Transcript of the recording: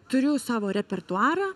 turiu savo repertuarą